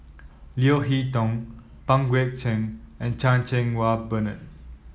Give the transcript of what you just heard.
Leo Hee Tong Pang Guek Cheng and Chan Cheng Wah Bernard